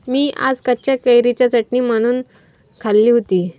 मी आज कच्च्या कैरीची चटणी बनवून खाल्ली होती